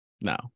no